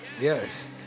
Yes